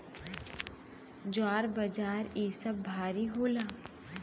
ज्वार बाजरा इ सब भारी होला